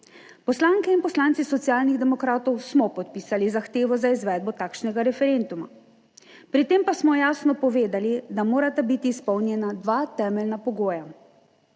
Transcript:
Poslanke in poslanci Socialnih demokratov smo podpisali zahtevo za izvedbo takšnega referenduma, pri tem pa smo jasno povedali, da morata biti izpolnjena dva temeljna pogoja.